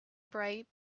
bright